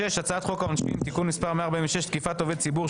6. הצעת חוק העונשין (תיקון מס' 146) (תקיפת עובד ציבור שהוא